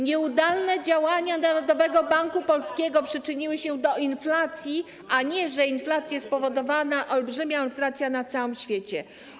Nieudolne działania Narodowego Banku Polskiego przyczyniły się do inflacji, a nie jest tak, że inflację spowodowała olbrzymia inflacja na całym świecie.